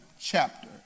chapter